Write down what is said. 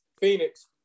phoenix